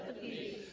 peace